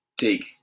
take